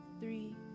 three